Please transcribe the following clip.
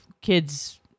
kids